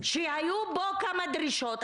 שהיו בו כמה דרישות,